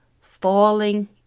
falling